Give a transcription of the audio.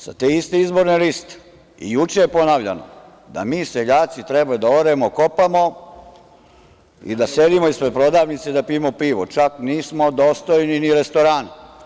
Sa te iste izborne liste, juče je ponavljano, da mi seljaci treba da oremo, kopamo i da sedimo ispred prodavnice i da pijemo pivo, čak nismo dostojni ni restorana.